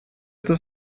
эту